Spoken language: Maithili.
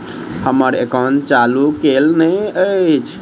हम्मर एकाउंट चालू केल नहि अछि?